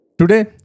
today